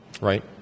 right